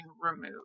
removed